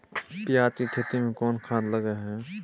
पियाज के खेती में कोन खाद लगे हैं?